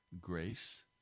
grace